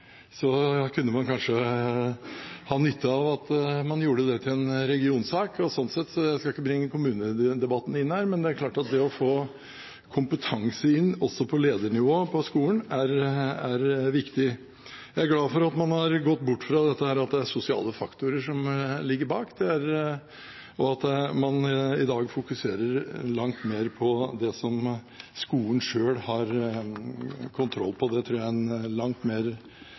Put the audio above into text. Så kunne man kanskje ha nytte av at man gjorde det til en regionsak. Jeg skal ikke bringe kommunedebatten inn her, men det er klart at det å få kompetanse inn også på ledernivå på skolen, er viktig. Jeg er glad for at man har gått bort fra dette med at det er sosiale faktorer som ligger bak, og at man i dag fokuserer langt mer på det som skolen selv har kontroll på. Det tror jeg er en langt